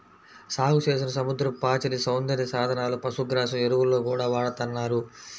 సాగుచేసిన సముద్రపు పాచిని సౌందర్య సాధనాలు, పశుగ్రాసం, ఎరువుల్లో గూడా వాడతన్నారు